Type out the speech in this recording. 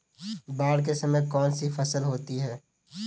बाढ़ के समय में कौन सी फसल होती है?